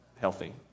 healthy